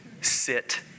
Sit